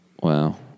Wow